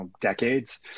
decades